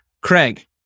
Craig